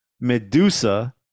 Medusa